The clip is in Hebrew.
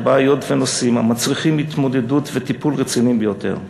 בעיות ונושאים המצריכים התמודדות וטיפול רציניים ביותר.